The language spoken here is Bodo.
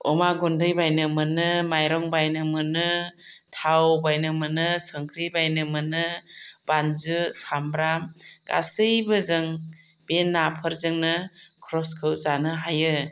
अमा गुन्दै बायनो मोनो माइरं बायनो मोनो थाव बायनो मोनो संख्रि बायनो मोनो बानलु साम्ब्राम गासैबो जों बे नाफोरजोंनो खरसखौ जानो हायो